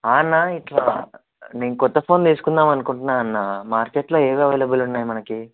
అన్నా ఇట్లా నేను క్రొత్త ఫోన్ తీసుకుందాము అనుకుంటున్నాను అన్నా మార్కెట్లో ఏది అవైలబుల్ ఉన్నాయి మనకి